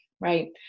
right